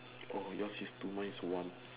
oh yours is two mine is one